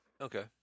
Okay